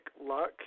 luck